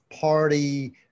party